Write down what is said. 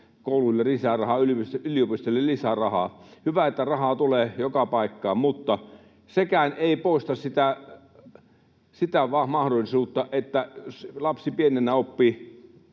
kouluille lisää rahaa, yliopistoille lisää rahaa. Hyvä, että rahaa tulee joka paikkaan, mutta sekään ei poista sitä mahdollisuutta, että jos lapsi pienenä ei